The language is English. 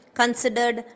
considered